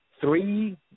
three